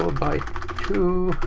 byte two,